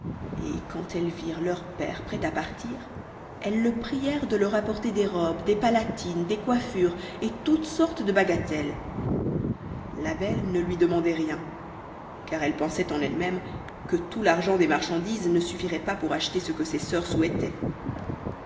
et quand elles virent leur père prêt à partir elles le prièrent de leur apporter des robes des palatines des coiffures et toutes sortes de bagatelles la belle ne lui demandait rien car elle pensait en elle-même que tout l'argent des marchandises ne suffirait pas pour acheter ce que ses sœurs souhaitaient